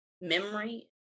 memory